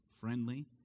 friendly